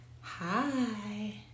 hi